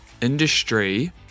industry